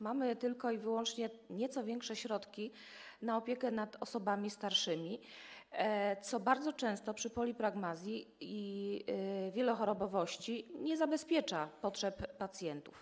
Mamy tylko i wyłącznie nieco większe środki na opiekę nad osobami starszymi, co bardzo często przy polipragmazji, wielochorobowości nie zabezpiecza potrzeb pacjentów.